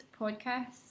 podcast